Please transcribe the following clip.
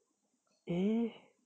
!ee!